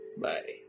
Bye